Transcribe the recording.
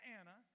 Anna